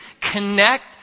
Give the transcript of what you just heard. connect